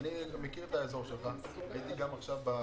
אני מכיר את האזור שלך, הייתי